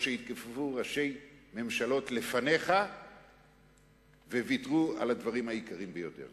שהתכופפו ראשי ממשלות לפניך וויתרו על הדברים היקרים ביותר.